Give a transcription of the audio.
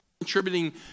contributing